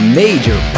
major